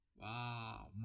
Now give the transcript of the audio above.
wow